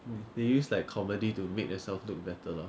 they use like comedy to make themselves look better lor